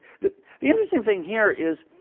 the the interesting thing here is,